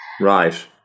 Right